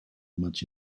much